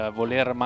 voler